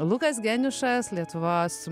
lukas geniušas lietuvos